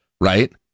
right